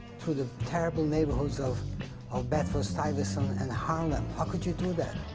through the terrible neighborhoods of of bedford-stuyvesant and harlem? how could you do that?